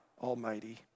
Almighty